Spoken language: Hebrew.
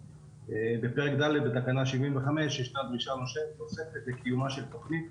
בפרק ד' לתקנה 75 יש דרישה נוספת לקיומה של תוכנית